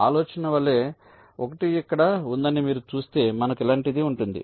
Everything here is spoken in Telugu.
ఆలోచన వలె 1 ఇక్కడ ఉందని మీరు చూస్తే కూడా ఇలాంటిదే ఉంటుంది